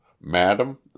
Madam